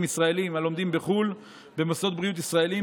ישראלים שלומדים בחו"ל במוסדות בריאות ישראליים,